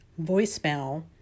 voicemail